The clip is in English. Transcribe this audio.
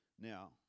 Now